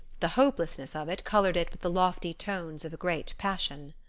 the hopelessness of it colored it with the lofty tones of a great passion.